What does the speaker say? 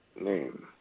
name